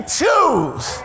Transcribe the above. choose